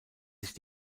sich